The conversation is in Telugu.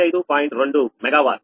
2 మెగా వార్